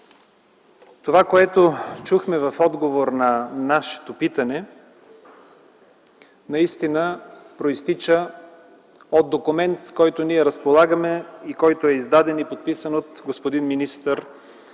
Това, което чухме в отговор на нашето питане, наистина произтича от документ, с който ние разполагаме и който е издаден и подписан от господин министър д-р